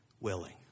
willing